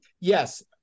Yes